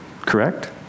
correct